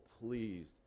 pleased